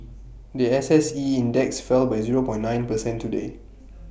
The S S E index fell by zero point nine percent today